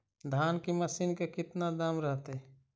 धान की मशीन के कितना दाम रहतय?